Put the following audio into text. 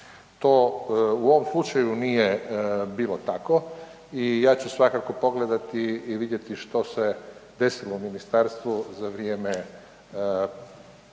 To u ovom slučaju nije bilo tako i ja ću svakako pogledati i vidjeti što se desilo u ministarstvu za vrijeme